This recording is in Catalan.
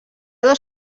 dos